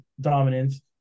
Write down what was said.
dominance